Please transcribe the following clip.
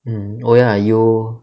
mm oh ya you